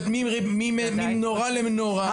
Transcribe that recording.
׳ממנורה למנורה׳.